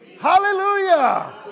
Hallelujah